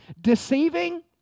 deceiving